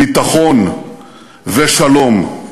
ביטחון ושלום.